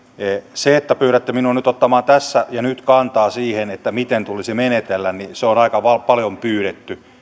se että pyydätte minua ottamaan tässä ja nyt kantaa siihen miten tulisi menetellä on aika paljon pyydetty